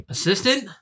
Assistant